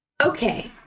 Okay